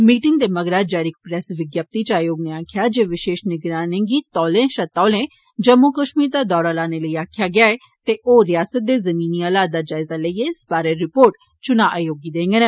meeting दे मगरा जारी इक प्रेस विज्ञप्ति च आयोग नै आक्खेआ जे विषेश निगरानें गी तौले षा तौले जम्मू कष्मीर दा दौरा करने लेई आक्खेआ गेआ ऐ ते ओह् रिआसतै दे जमीनी हालात दा जायजा लेइयै इस बारे रिपोर्ट चुनां आयोग गी देंगन